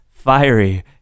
Fiery